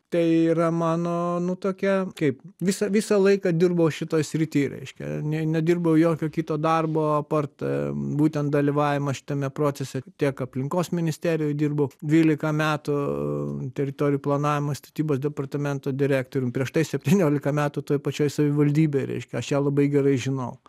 tai yra mano nu tokia kaip visą visą laiką dirbau šitoj srity reiškia ne nedirbau jokio kito darbo apart būtent dalyvavimo šitame procese tiek aplinkos ministerijoj dirbau dvylika metų teritorijų planavimo ir statybos departamento direktorium prieš tai septyniolika metų toj pačioj savivaldybėj reiškia aš ją labai gerai žinau